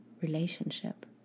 relationship